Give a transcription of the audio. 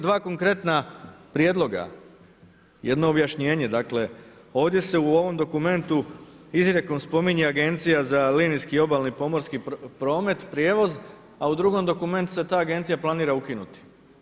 Dva konkretna prijedloga, jedno objašnjenje, dakle, ovdje se u ovom dokumentu, izrekom spominje Agencija za linijsku obalni pomorski promet, prijevoz, a u drugom dokumentu se ta agencija planira ukinuti.